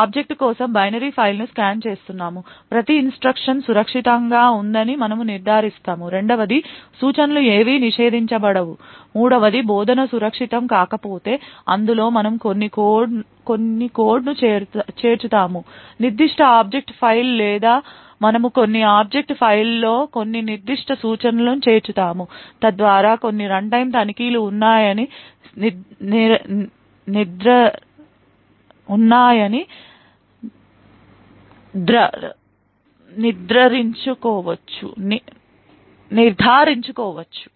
object కోసం binary ఫైల్ను scan చేస్తున్నాం ప్రతి ఇన్స్ట్రక్షన్ సురక్షితంగా ఉందని మనము నిర్ధారిస్తాము రెండవది సూచనలు ఏవీ నిషేధించబడవు మూడవది బోధన సురక్షితం కాకపోతే అందులో మనము కొన్ని కోడ్ను చేర్చుతాము నిర్దిష్ట ఆబ్జెక్ట్ ఫైల్ లేదా మనము కొన్ని ఆబ్జెక్ట్ ఫైల్లో కొన్ని నిర్దిష్ట సూచనలను చేర్చుతాము తద్వారా కొన్ని రన్టైమ్ తనిఖీలు ఉన్నాయని నిర్ధారించుకోవచ్చు